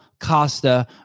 Costa